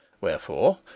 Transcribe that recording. Wherefore